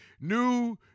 New